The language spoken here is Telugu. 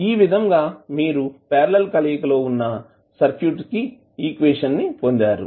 ఈ విధంగా మీరు పార్లల్ కలయిక లో వున్నా సర్క్యూట్ కి ఈక్వేషన్ ని పొందారు